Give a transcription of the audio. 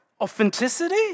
authenticity